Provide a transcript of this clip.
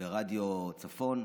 ברדיו צפון.